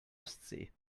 ostsee